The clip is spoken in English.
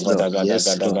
yes